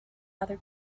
other